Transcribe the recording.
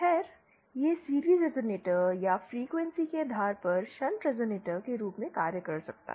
खैर यह series resonator या फ्रीक्वेंसी के आधार पर शंट रेज़ोनेटर के रूप में कार्य कर सकता है